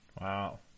Wow